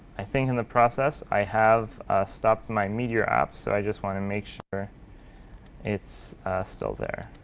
i think in the process i have stopped my meteor app. so i just want to make sure it's still there.